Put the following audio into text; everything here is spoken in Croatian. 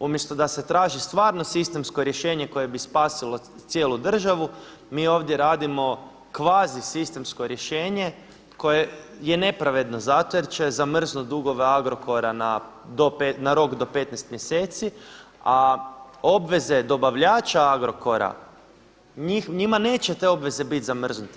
umjesto da se traži stvarno sistemsko rješenje koje bi spasilo cijelu državu, mi ovdje radimo kvazi sistemsko rješenje koje je nepravedno zato jer će zamrznut dugove Agrokora na rok do 15 mjeseci, a obveze dobavljača Agrokora njime neće te obveze bit zamrznut.